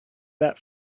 that